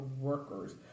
workers